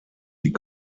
die